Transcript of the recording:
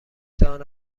دانه